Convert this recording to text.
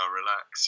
relax